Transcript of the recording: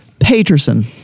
Paterson